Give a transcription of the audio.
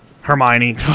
Hermione